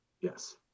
Yes